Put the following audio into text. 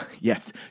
Yes